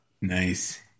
Nice